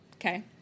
Okay